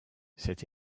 cette